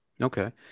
Okay